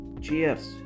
cheers